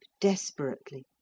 desperately